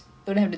ya